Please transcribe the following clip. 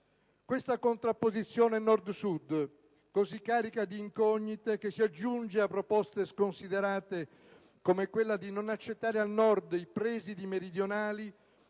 Questa contrapposizione Nord-Sud, così carica di incognite, che si aggiunge a proposte sconsiderate come quella di non accettare al Nord i presidi meridionali